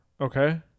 Okay